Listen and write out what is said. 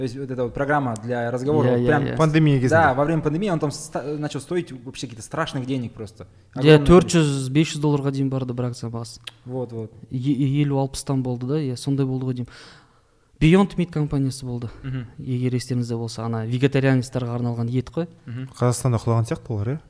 То есть вот эта вот программа для разговора, Иә, вот иә, прям иә. с- Пандемия кезінде. да, во время пандемии он там ста- начал стоить вообще какие-то страшных денег просто. Иә, Огромное 400, количество. 500 долларға дейін барды бірақ заңға ас. Вот, вот. И- и- 50-60-тан болды да, иә, сондай болды ғой деймін. Beyond Meat компаниясы болды. Мгм. Егер естеріңізде болса, ана вегетарианецтарға арналған ет қой. Мгм. Қазақстанда құлаған сияқты олар, иә?